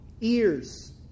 Ears